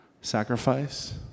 sacrifice